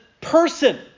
person